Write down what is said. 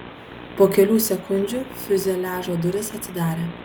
po kelių sekundžių fiuzeliažo durys atsidarė